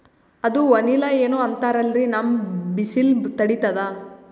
ಅದು ವನಿಲಾ ಏನೋ ಅಂತಾರಲ್ರೀ, ನಮ್ ಬಿಸಿಲ ತಡೀತದಾ?